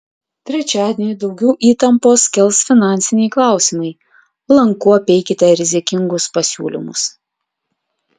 trečiadienį daugiau įtampos kels finansiniai klausimai lanku apeikite rizikingus pasiūlymus